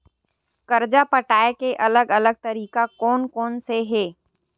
कर्जा पटाये के अलग अलग तरीका कोन कोन से हे?